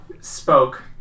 spoke